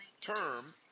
term